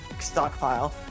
stockpile